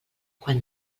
quan